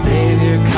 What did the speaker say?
Savior